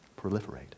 proliferate